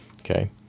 okay